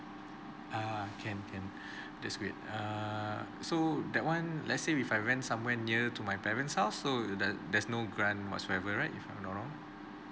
err can can that's great err so that one let's say if I rent somewhere near to my parents house so there there's no grant whatsoever right if I'm not wrong